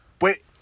Wait